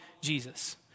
Jesus